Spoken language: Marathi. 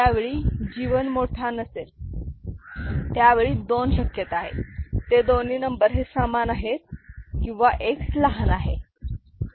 ज्यावेळी G 1 मोठा नसेल त्यावेळी दोन शक्यता आहेत ते दोन्ही नंबर हे समान आहेत किंवा X लहान आहे